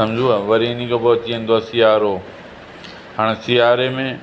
सम्झो वरी इन खां पोइ अची वेंदो आहे सियारे हाणे सियारे में